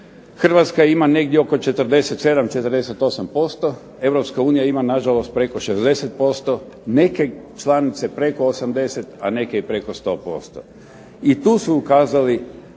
Hrvatska ima negdje oko 47, 48%, EU ima nažalost preko 60%. Neke članice preko 80, a neke preko 100%. I tu su ukazali